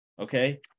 okay